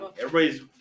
Everybody's